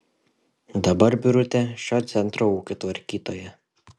dabar birutė šio centro ūkio tvarkytoja